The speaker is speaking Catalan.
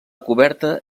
coberta